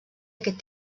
aquest